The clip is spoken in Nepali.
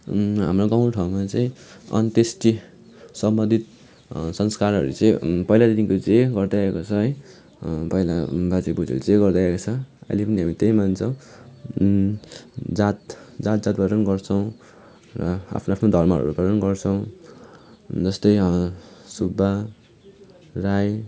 हाम्रो गाउँ ठाउँमा चाहिँ अन्तेष्टि सम्बन्धित संस्कारहरू चाहिँ पहिल्यैदेखि जे गर्दै आएको छ है पहिला बाजे बोजूहरूले जे गर्दै आइरहेको छ अहिले पनि हामी त्यही मान्छ जात जात जातबटम गर्छौँ र आफ्नो आफ्नो धर्महरूबाट पनि गर्छौँ जस्तै सुब्बा राई